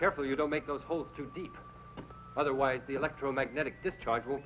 careful you don't make those holes too deep otherwise the electromagnetic discharge w